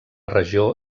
regió